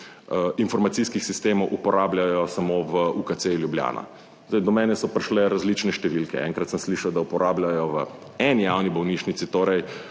informacijskih sistemov uporabljajo samo v UKC Ljubljana. Zdaj do mene so prišle različne številke. Enkrat sem slišal, da uporabljajo v eni javni bolnišnici, torej